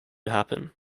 happen